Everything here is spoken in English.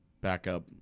backup